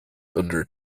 under